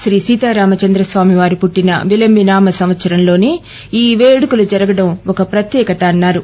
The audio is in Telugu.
శ్రీసీతారామచంద్ర స్వామి వారు పుట్లిన వింబినామ సంవత్సరంలోనే ఈ పేడుకు జరగడం ఒక ప్రత్యేకత అన్నారు